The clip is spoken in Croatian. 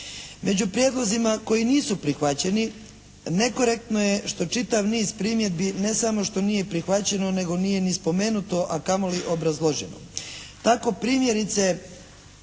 Među prijedlozima koji nisu prihvaćeni nekorektno je što čitav niz primjedbi ne samo što nije prihvaćeno, nego nije ni spomenuto, a kamoli obrazloženo.